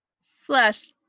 Slash